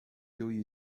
由于